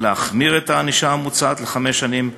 להחמיר את הענישה המוצעת לחמש שנים.